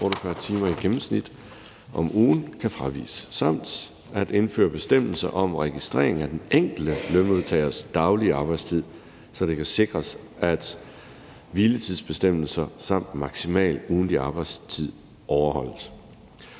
arbejdes 48 timer i gennemsnit om ugen, kan fraviges, samt at indføre bestemmelser om registrering af den enkelte lønmodtagers daglige arbejdstid, så det kan sikres, at hviletidsbestemmelser samt maksimal ugentlig arbejdstid overholdes.